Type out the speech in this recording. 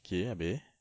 okay habis